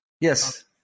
Yes